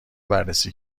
بررسی